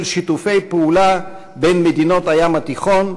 שיתופי פעולה בין מדינות הים התיכון,